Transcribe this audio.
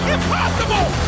Impossible